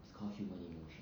it's called human emotions